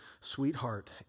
sweetheart